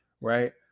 right